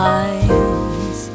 eyes